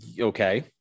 Okay